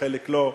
ולחלק לא.